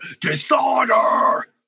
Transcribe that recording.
disorder